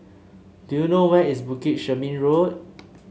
do you know where is Bukit Chermin Road